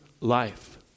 life